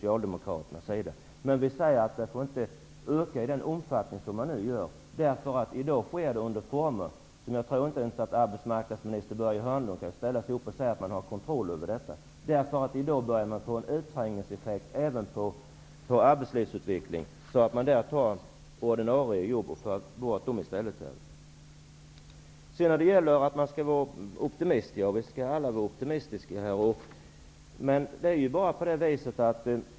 Vi säger däremot att den inte får öka i den omfattning som nu är fallet. Det sker i sådana former att jag tror att inte ens arbetsmarknadsminister Börje Hörnlund kan säga att man har kontroll över det som händer. Arbetslivsutvecklingen börjar nu ge en utträngningseffekt även på ordinarie jobb. Vad sedan gäller att man skall vara optimist vill jag säga att vi i och för sig alla skall vara optimistiska.